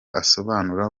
asobanura